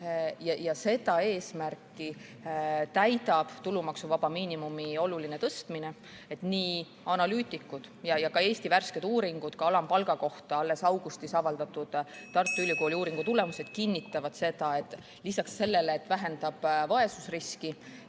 Seda eesmärki täidab tulumaksuvaba miinimumi oluline tõstmine. Nii analüütikud kui ka Eesti värsked uuringud alampalga kohta, alles augustis avaldatud Tartu Ülikooli uuringu tulemused, kinnitavad seda, et lisaks sellele, et alampalga tõus